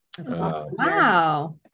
wow